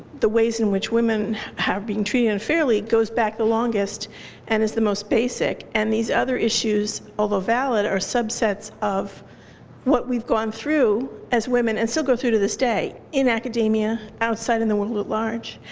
the ways in which women have been treated unfairly goes back the longest and is the most basic. and these other issues, although valid, are subsets of what we've gone through as women and still go through to this day in academia, outside in the world at large.